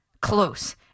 close